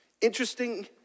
Interesting